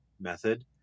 method